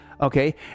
Okay